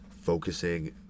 focusing